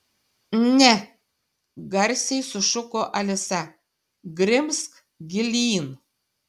ne garsiai sušuko alisa grimzk gilyn